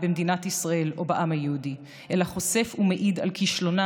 במדינת ישראל או בעם היהודי אלא חושף ומעיד על כישלונה